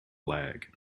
lag